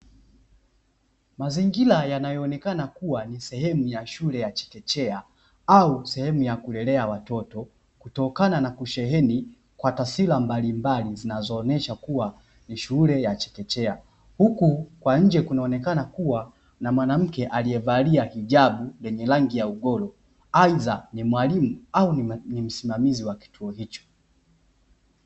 Mazingira yanayoonekana kuwa ni sehemu ya shule ya chekechea au sehemu ya kulelea watoto, kutokana na kusheheni taswira mbalimbali zinazoonyesha kuwa ni shule ya chekechea, huku kwa nje kunaonekana kuwa na mwanamke aliyevalia hijabu lenye rangi ya ugoro aidha mwalimu au ni msimamizi wa kituo hicho.